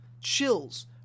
chills